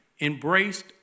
embraced